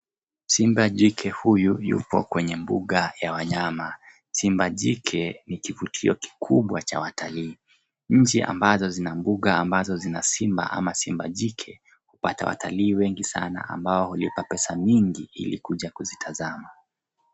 Simba jike huyu yupo kwenye mbuga ya wanyama. Simba jike ni kivutio kikubwa cha watalii. Nchi ambazo zina mbuga ambazo zina simba ama simba jike hupata watalii wengi sana ambao hulipa pesa nyingi ili kuja kuzitazama.